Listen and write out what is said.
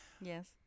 Yes